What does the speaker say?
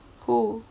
who